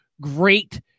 great